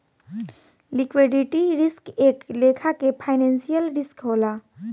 liquidity risk एक लेखा के फाइनेंशियल रिस्क होला